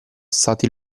stati